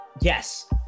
Yes